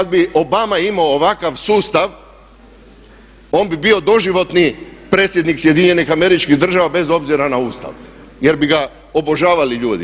Kad bi Obama imao ovakav sustav on bi bio doživotni predsjednik SAD-a bez obzira na Ustav jer bi ga obožavali ljudi.